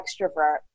extrovert